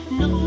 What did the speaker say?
no